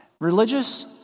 Religious